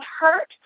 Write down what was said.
hurt